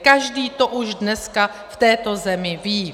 Každý to už dneska v této zemi ví.